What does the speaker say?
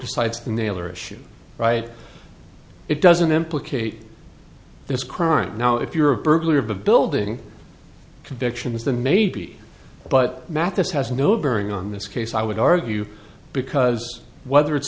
decides the nailer issue right it doesn't implicate this crime now if you're a burglar of the building convictions than maybe but mathis has no bearing on this case i would argue because whether it's